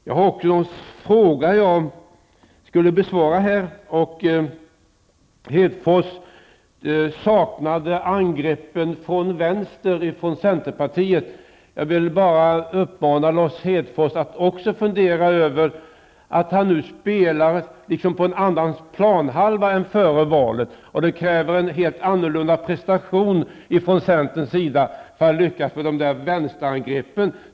Jag skulle också besvara en fråga. Lars Hedfors saknade angreppen från vänster från centern. Jag vill bara uppmana Lars Hedfors att också fundera över att han nu spelar liksom på en annan planhalva än före valet, och det kräver en helt annorlunda prestation från centerns sida för att lyckas med dessa vänsterangrepp.